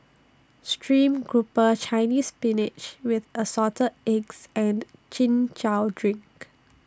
Stream Grouper Chinese Spinach with Assorted Eggs and Chin Chow Drink